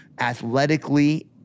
athletically